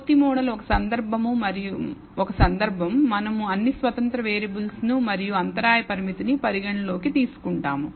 పూర్తి మోడల్ ఒక సందర్భం మనము అన్ని స్వతంత్ర వేరియబుల్స్ ను మరియు అంతరాయ పరామితిని పరిగణనలోకి తీసుకుంటాం